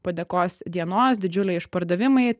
padėkos dienos didžiuliai išpardavimai